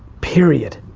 period.